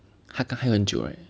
他还有很久 right